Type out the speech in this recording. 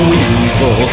evil